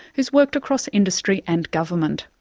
who's worked across industry and government.